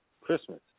Christmas